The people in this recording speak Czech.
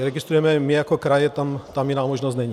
Registrujeme je my jako kraje, tam jiná možnost není.